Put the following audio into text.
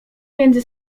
między